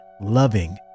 loving